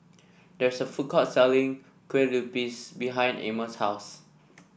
there's a food court selling Kue Lupis behind Amos' house